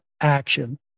action